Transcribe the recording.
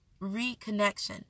reconnection